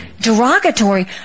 derogatory